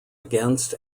against